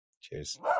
Cheers